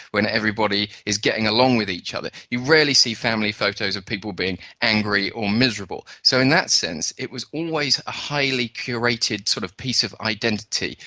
when everybody is getting along with each other. you rarely see family photos of people being angry or miserable. so in that sense it was always a highly curated sort of piece of identity.